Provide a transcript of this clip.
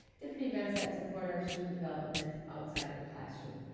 different events that support our student development outside of the classroom.